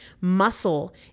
Muscle